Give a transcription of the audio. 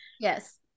yes